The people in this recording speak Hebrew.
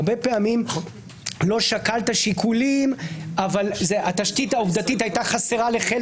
הרבה פעמים לא שקלת שיקולים אבל התשתית העובדתית הייתה חסרה לחלק